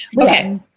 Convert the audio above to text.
Okay